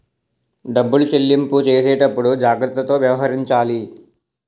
డబ్బులు చెల్లింపు చేసేటప్పుడు జాగ్రత్తతో వ్యవహరించాలి